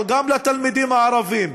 אבל גם לתלמידים הערבים,